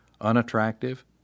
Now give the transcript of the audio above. unattractive